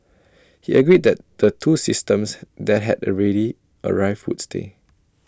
he agreed that the two systems that had already arrived would stay